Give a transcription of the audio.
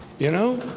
you know